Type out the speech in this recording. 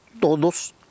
Todos